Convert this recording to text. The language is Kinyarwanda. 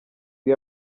iyo